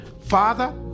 father